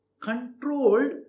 controlled